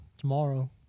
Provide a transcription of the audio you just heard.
tomorrow